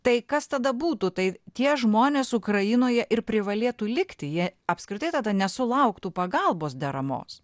tai kas tada būtų tai tie žmonės ukrainoje ir privalėtų likti jie apskritai tada nesulauktų pagalbos deramos